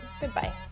Goodbye